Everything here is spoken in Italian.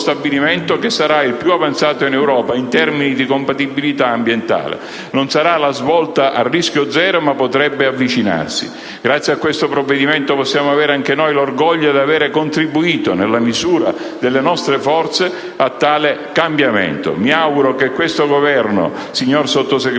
...che sarà il più avanzato in Europa in termini di compatibilità ambientale. Non sarà la svolta a rischio zero, ma potrebbe avvicinarsi. Grazie a questo provvedimento possiamo avere anche noi l'orgoglio di avere contribuito, nella misura delle nostre forze, a tale cambiamento. Mi auguro che questo Governo, signor Sottosegretario,